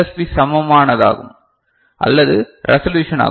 B சமமானதாகும் அல்லது resolution ஆகும்